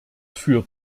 führt